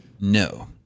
no